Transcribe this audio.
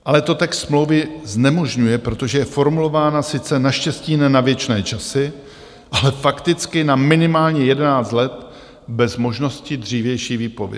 Ale to text smlouvy znemožňuje, protože je formulována sice naštěstí ne na věčné časy, ale fakticky na minimálně jedenáct let bez možnosti dřívější výpovědi.